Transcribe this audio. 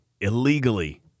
illegally